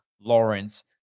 Lawrence